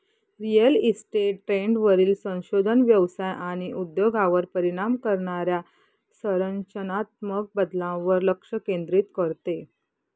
real estate ट्रेंडवरील संशोधन व्यवसाय आणि उद्योगावर परिणाम करणाऱ्या संरचनात्मक बदलांवर लक्ष केंद्रित करते